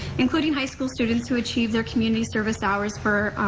including high school students who achieve their community service hours for,